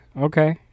okay